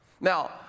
Now